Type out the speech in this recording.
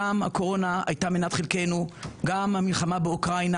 גם הקורונה הייתה מנת חלקנו וגם המלחמה באוקראינה.